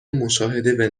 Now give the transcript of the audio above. مشاهده